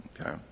Okay